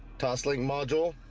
toslink module